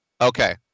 Okay